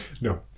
No